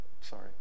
sorry